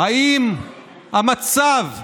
האם המצב הנוכחי,